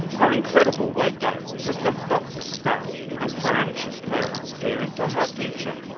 her incredible weight gain has left doctors stunned and her anxious parents fearing for her future.